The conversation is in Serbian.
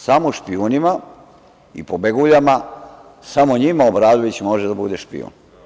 Samo špijunima i pobeguljama, samo njima Obradović može da bude špijun.